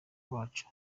bacu